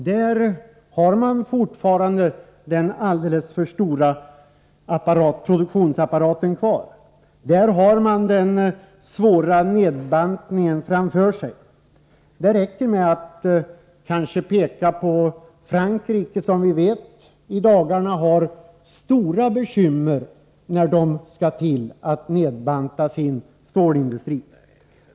Där har man fortfarande kvar alldeles för stora produktionsapparater. Där har man den svåra nedbantningen framför sig. Det räcker kanske med att peka på Frankrike, som vi vet i dagarna har stora bekymmer när man skall börja banta ned sin stålindustri.